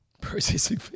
processing